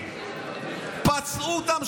פצעו אותם,